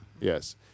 Yes